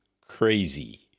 crazy